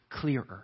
clearer